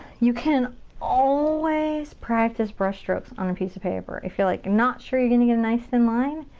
you can always practice brush strokes on a piece of paper if you're like, not sure you're gonna get a nice thin line.